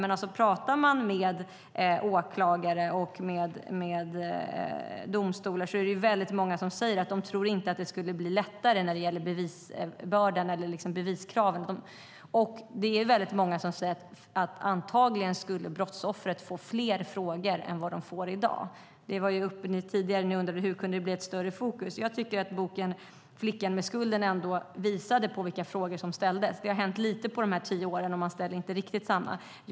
Men om man talar med åklagare och domstolar är det många som säger att de inte tror att det skulle bli lättare när det gäller bevisbördan eller beviskraven. Det är många som säger att brottsoffren antagligen skulle få fler frågor än vad de får i dag. Detta var uppe tidigare, och ni undrade hur det kunde bli större fokus. Jag tycker att boken Flickan och skulden visade vilka frågor som ställdes. Det har hänt lite grann på dessa tio år, och man ställer inte riktigt samma frågor.